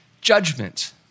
judgment